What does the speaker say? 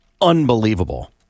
unbelievable